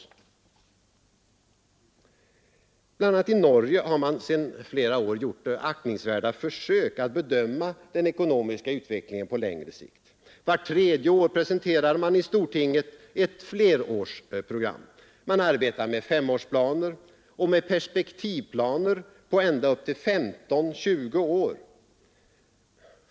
I bl.a. Norge har man sedan flera år gjort aktningsvärda försök att bedöma den ekonomiska utvecklingen på längre sikt. Vart tredje år presenterar man i stortinget ett flerårsprogram. Man arbetar med femårsplaner och med perspektivplaner på ända upp till 15—20 år.